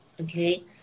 okay